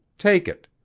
take it.